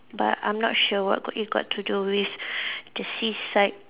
but I'm not sure what it got to do with the seaside